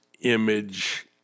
image